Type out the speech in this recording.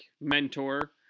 mentor